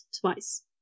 twice